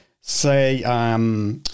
say